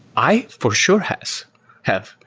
i for sure has have.